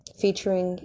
featuring